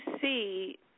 see –